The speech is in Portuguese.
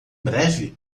breve